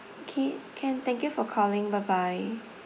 okay can thank you for calling bye bye